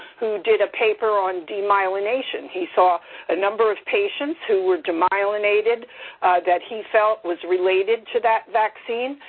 who did a paper on demyelination. he saw a number of patients who were demyelinated that he felt was related to that vaccine,